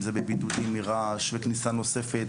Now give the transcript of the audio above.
אם זה מבידודים מרעש וכניסה נוספת